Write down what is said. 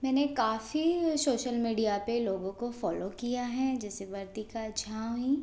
मैंने काफ़ी social media पर लोगों को फ़ोलो किया है जैसे वर्तिका झा हुई